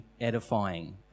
edifying